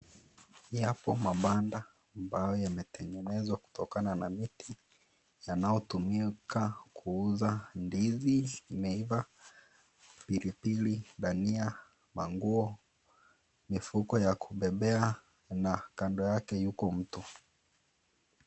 Yapo mabanda ambayo yametengenezwa kutokana na miti yanayotumika kuuza ndizi zimeiva, pilipili, dania, nguo, mifuko ya kubebea na kando yake Yuko mtu